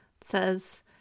says